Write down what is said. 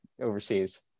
overseas